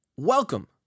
Welcome